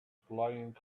flying